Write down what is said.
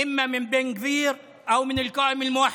מבן גביר או מהרשימה המאוחדת.